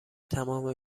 تمام